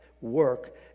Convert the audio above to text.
work